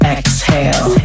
Exhale